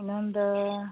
ಇನ್ನೊಂದು